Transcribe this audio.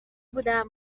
بودم